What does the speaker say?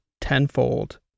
tenfold